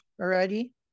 already